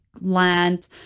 land